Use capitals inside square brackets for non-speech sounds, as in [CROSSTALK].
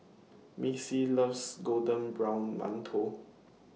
Missy loves [UNINTELLIGIBLE] Golden Brown mantou